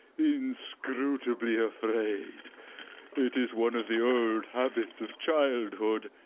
inscrutably afraid it is one of the old habits of childhood.